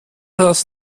das